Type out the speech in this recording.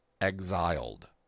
exiled